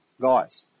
guys